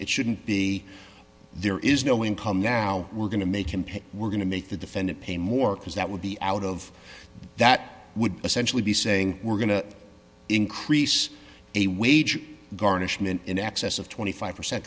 it shouldn't be there is no income now we're going to make him pay we're going to make the defendant pay more because that would be out of that would essentially be saying we're going to increase a wage garnishment in excess of twenty five percent